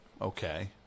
Okay